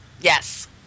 Yes